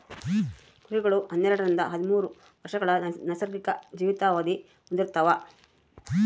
ಕುರಿಗಳು ಹನ್ನೆರಡರಿಂದ ಹದಿಮೂರು ವರ್ಷಗಳ ನೈಸರ್ಗಿಕ ಜೀವಿತಾವಧಿನ ಹೊಂದಿರ್ತವ